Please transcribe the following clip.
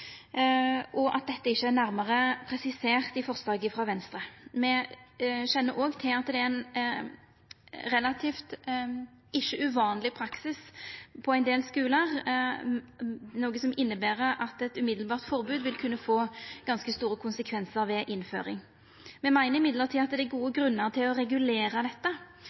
ikkje er uvanleg praksis på ein del skular, noko som inneber at eit umiddelbart forbod vil kunna få ganske store konsekvensar ved innføring. Me meiner likevel at det er gode grunnar til å regulera dette,